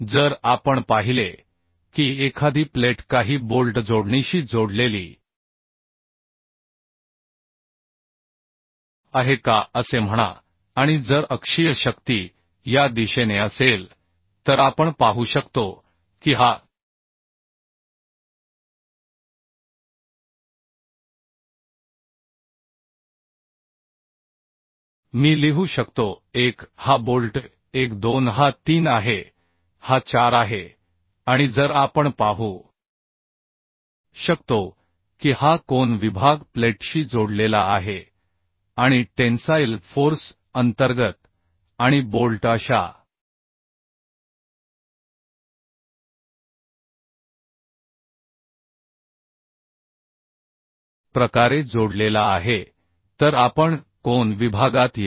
जर आपण पाहिले की एखादी प्लेट काही बोल्ट जोडणीशी जोडलेली आहे का असे म्हणा आणि जर अक्षीय शक्ती या दिशेने असेल तर आपण पाहू शकतो की हा मी लिहू शकतो 1 हा बोल्ट 1 2 हा 3 आहे हा 4 आहे आणि जर आपण पाहू शकतो की हा कोन विभाग प्लेटशी जोडलेला आहे आणि टेन्साइल फोर्स अंतर्गत आणि बोल्ट अशा प्रकारे जोडलेला आहे तर आपण कोन विभागात येऊ